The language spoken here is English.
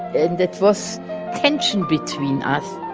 and that was tension between us